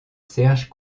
serge